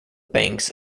banks